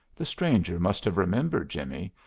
the stranger must have remembered jimmie,